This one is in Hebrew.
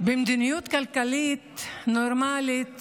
במדיניות כלכלית נורמלית